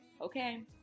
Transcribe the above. okay